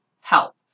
help